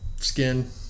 skin